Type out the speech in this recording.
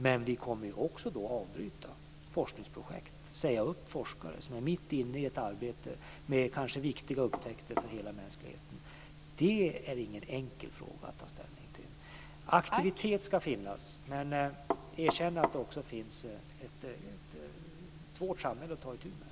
Men vi kommer också att avbryta forskningsprojekt, säga upp forskare som är mitt inne i ett arbete med kanske viktiga upptäckter för hela mänskligheten. Det är ingen enkel fråga att ta ställning till. Aktivitet ska finnas, men jag erkänner att det också finns svårigheter i samhället att ta itu med.